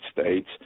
States